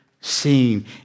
seen